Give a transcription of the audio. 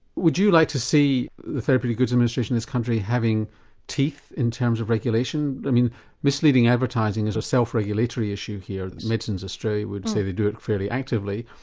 would you like to see the therapeutic goods administration in this country having teeth in terms of regulation? i mean misleading advertising is a self regulatory issue here, medicines australia would say they do it fairly actively.